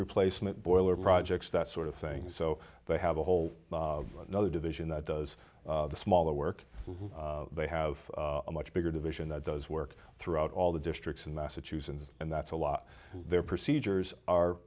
replacement boiler projects that sort of thing so they have a whole another division that does the smaller work they have a much bigger division that does work throughout all the districts in massachusetts and that's a lot of their procedures